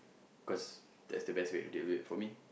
cause that's the best way to deal with it for me